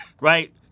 Right